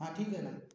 हां ठीक आहे ना